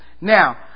Now